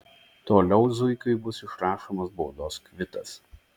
toliau zuikiui bus išrašomas baudos kvitas